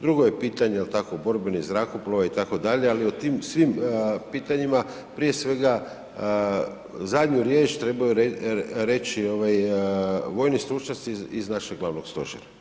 Drugo je pitanje jel tako borbenih zrakoplova itd., ali o tim svim pitanjima prije svega zadnju riječ trebaju reći ovaj vojni stručnjaci iz našeg glavnog stožera.